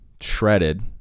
shredded